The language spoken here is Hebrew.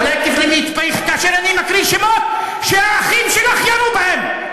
אולי תבלמי את פיך כאשר אני מקריא שמות שהאחים שלך ירו בהם.